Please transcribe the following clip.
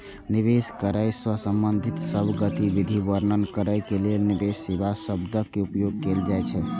निवेश करै सं संबंधित सब गतिविधि वर्णन करै लेल निवेश सेवा शब्दक उपयोग कैल जाइ छै